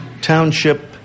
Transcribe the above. Township